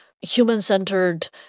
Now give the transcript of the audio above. human-centered